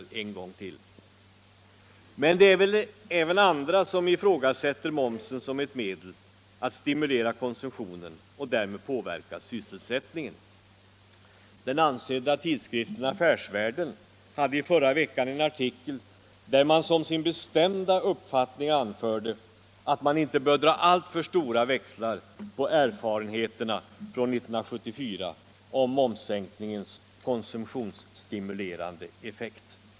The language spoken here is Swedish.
Men det är väl även andra som ifrågasätter momsen som ett medel att stimulera konsumtionen och därmed påverka sysselsättningen. Den ansedda tidskriften Affärsvärlden hade i förra veckan en artikel där man som sin bestämda uppfattning anförde att vi inte bör dra alltför stora växlar på erfarenheterna från 1974, om momssänkningens konsumtionsstimulerande effekt.